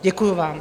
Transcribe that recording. Děkuji vám.